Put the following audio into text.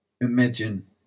imagine